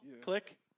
Click